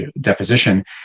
deposition